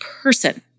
person